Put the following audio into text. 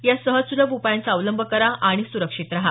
या सहज सुलभ उपायांचा अवलंब करा आणि सुरक्षित रहा